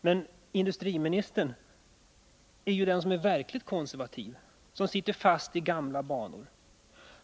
Men industriministern är ju den som är verkligt konservativ och som går kvar i gamla banor.